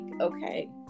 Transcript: okay